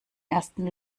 ersten